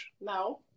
No